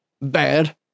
bad